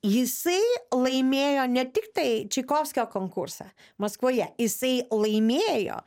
jisai laimėjo ne tiktai čaikovskio konkursą maskvoje jisai laimėjo